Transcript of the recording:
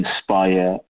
Inspire